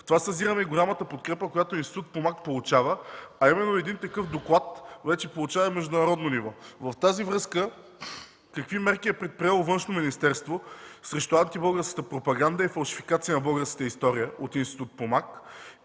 В това съзираме и голямата подкрепа, която Институт „Помак” получава, а именно един такъв доклад вече получава и международно ниво. В тази връзка: какви мерки е предприело Външно министерство срещу антибългарската пропаганда и фалшификация на българската история от Институт „Помак”?